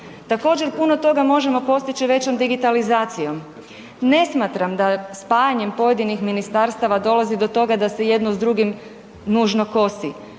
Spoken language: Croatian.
Također puno toga možemo postići većom digitalizacijom. Ne smatram da spajanjem pojedinih ministarstava dolazi do toga da se jedno s drugim nužno kosi.